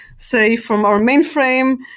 say, from our main frame,